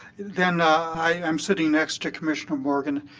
then i'm sitting next to commissioner morgan.